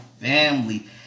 family